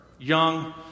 young